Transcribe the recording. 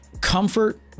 comfort